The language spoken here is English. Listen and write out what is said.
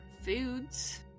Foods